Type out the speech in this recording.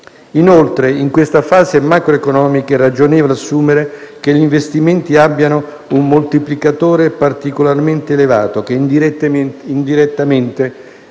Inoltre, in queste fasi macroeconomiche, è ragionevole assumere che gli investimenti abbiano un moltiplicatore particolarmente elevato, che indirettamente